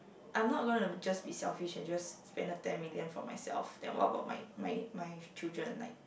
I'm not going to just be selfish and just spend the ten million for myself then what about my my my children like